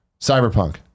Cyberpunk